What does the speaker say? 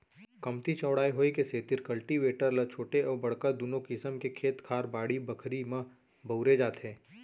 कमती चौड़ाई होय के सेतिर कल्टीवेटर ल छोटे अउ बड़का दुनों किसम के खेत खार, बाड़ी बखरी म बउरे जाथे